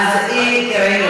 רגע.